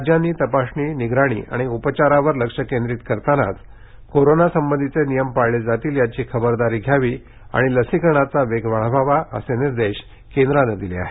राज्यांनी तपासणी निगराणी आणि उपचारावर लक्ष केंद्रित करतानाच कोरोना संबधीचे नियम पाळले जातील याची खबरदारी घ्यावी आणि लसीकरणाचा वेग वाढवावा असे निर्देश केंद्रानं दिले आहेत